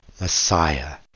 Messiah